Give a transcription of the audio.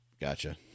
Gotcha